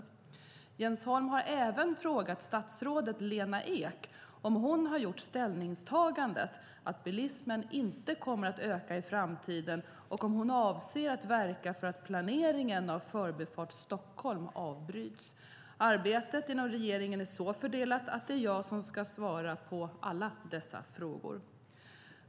Jens Holm har även frågat statsrådet Lena Ek om hon har gjort ställningstagandet att bilismen inte kommer att öka i framtiden och om hon avser att verka för att planeringen av Förbifart Stockholm avbryts. Arbetet inom regeringen är så fördelat att det är jag som ska svara på alla dessa frågor.